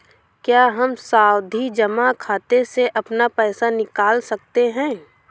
क्या हम सावधि जमा खाते से अपना पैसा निकाल सकते हैं?